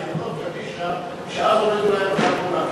חברות קדישא כשהורידו להם את הארנונה.